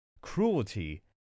Cruelty